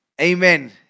amen